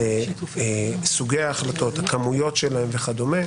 לסוגי ההחלטות, הכמויות שלהן וכדומה,